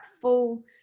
full